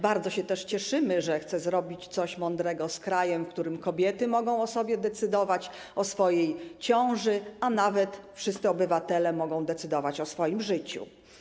Bardzo się też cieszymy, że chce zrobić coś mądrego z krajem, w którym kobiety mogą o sobie decydować, o swojej ciąży, a nawet wszyscy obywatele mogą decydować o swoim życiu.